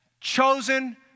chosen